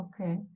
okay